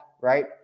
right